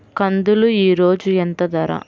కందులు ఈరోజు ఎంత ధర?